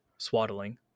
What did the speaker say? swaddling